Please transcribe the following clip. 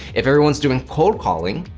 if everyone's doing cold calling,